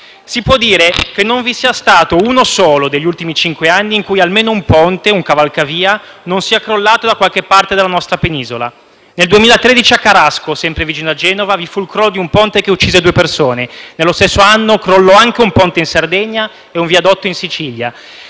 Si può dire che non vi sia stato uno solo degli ultimi cinque anni in cui almeno un ponte, un cavalcavia non sia crollato da qualche parte della nostra Penisola. Nel 2013 a Carasco, sempre vicino a Genova, vi fu il crollo di un ponte che uccise due persone. Nello stesso anno crollarono anche un ponte in Sardegna e un viadotto in Sicilia.